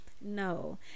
No